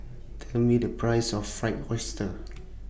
Tell Me The Price of Fried Oyster